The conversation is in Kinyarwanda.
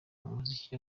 umuziki